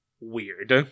weird